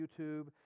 YouTube